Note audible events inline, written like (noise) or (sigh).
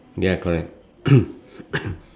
ya correct (coughs)